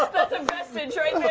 vestige right